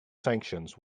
sanctions